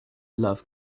love